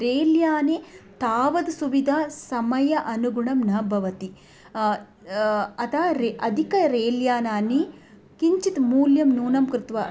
रेल्याने तावत् सुविधा समयानुगुणं न भवति अतः रे अधिकानि रेल्यानानि किञ्चित् मूल्यं न्यूनं कृत्वा